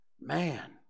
Man